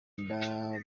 inda